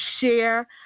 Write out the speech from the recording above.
share